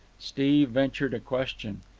steve ventured a question.